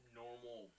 normal